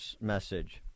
message